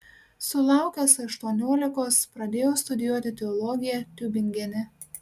sulaukęs aštuoniolikos pradėjo studijuoti teologiją tiubingene